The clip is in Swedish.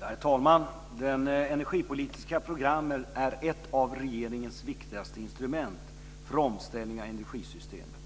Herr talman! Det energipolitiska programmet är ett av regeringens viktigaste instrument för omställning av energisystemet.